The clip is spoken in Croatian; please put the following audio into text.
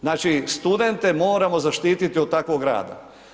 Znači studente moramo zaštititi od takvog rada.